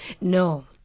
no